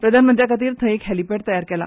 प्रधानमंत्र्यांखातीर थंय एक हॅलीपॅड तयार केला